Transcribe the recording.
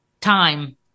time